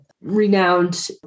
renowned